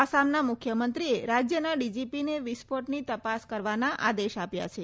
આસામના મુખ્યમંત્રીએ રાજ્યના ડીજીપીને વિસ્ફોટની તપાસ કરવાના આદેશ આપ્યા છે